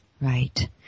Right